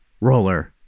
roller